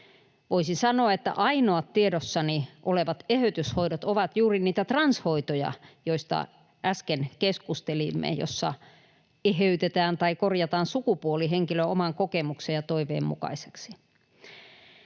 Voisin sanoa, että ainoat tiedossani olevat eheytyshoidot ovat juuri niitä transhoitoja, joista äsken keskustelimme, joissa eheytetään tai korjataan sukupuoli henkilön oman kokemuksen ja toiveen mukaiseksi.